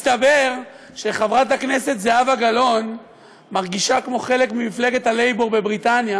מסתבר שחברת הכנסת זהבה גלאון מרגישה כמו חלק ממפלגת הלייבור בבריטניה,